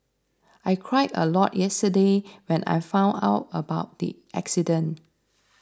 I cried a lot yesterday when I found out about the accident